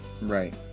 Right